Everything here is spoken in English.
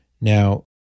Now